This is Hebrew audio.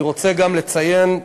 אני רוצה גם לציין,